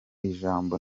ijambo